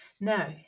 now